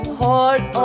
heart